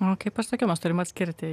kaip pasakiau mes turim atskirti